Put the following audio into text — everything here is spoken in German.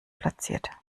platziert